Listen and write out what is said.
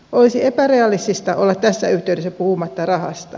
olisi epärealistista olla tässä yhteydessä puhumatta rahasta